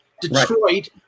Detroit